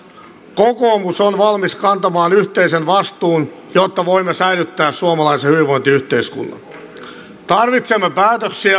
kokoomus on valmis kantamaan yhteisen vastuun jotta voimme säilyttää suomalaisen hyvinvointiyhteiskunnan tarvitsemme päätöksiä